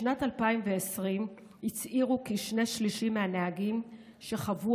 בשנת 2020 הצהירו כשני שלישים מהנהגים שחוו